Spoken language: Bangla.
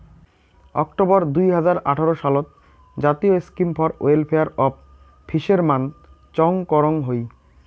অক্টবর দুই হাজার আঠারো সালত জাতীয় scheme for welfare of fishermen চং করং হই